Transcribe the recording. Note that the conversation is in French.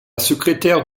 secrétaire